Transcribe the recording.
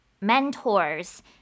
mentors